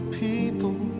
people